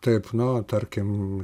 taip nu tarkim